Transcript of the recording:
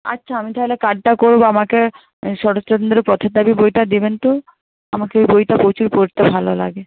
আচ্ছা আমি তাহলে কার্ডটা করবো আমাকে শরৎচন্দ্রের পথের দাবি বইটা দেবেন তো আমাকে বইটা প্রচুর পড়তে ভালো লাগে